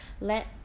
let